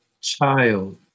child